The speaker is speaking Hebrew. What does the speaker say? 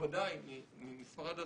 מכובדי ממשרד הספורט,